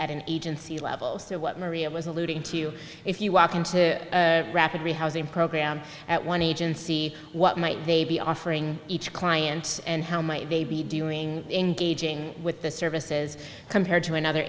at an agency level so what maria was alluding to if you walk into a rapidly housing program at one agency what might they be offering each client and how might they be doing engaging with the services compared to another